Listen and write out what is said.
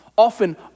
often